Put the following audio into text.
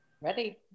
Ready